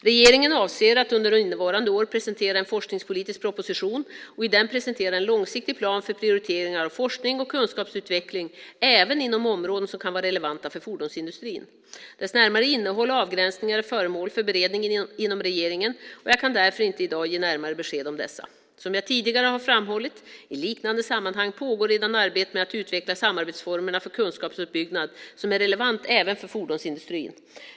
Regeringen avser att under innevarande år presentera en forskningspolitisk proposition och i den presentera en långsiktig plan för prioriteringar av forskning och kunskapsutveckling även inom områden som kan vara relevanta för fordonsindustrin. Dess närmare innehåll och avgränsningar är föremål för beredning inom regeringen, och jag kan därför inte i dag ge närmare besked om dessa. Som jag tidigare har framhållit i liknande sammanhang, pågår redan arbetet med att utveckla samarbetsformerna för kunskapsuppbyggnad som är relevant även för fordonsindustrin.